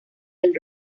del